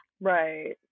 Right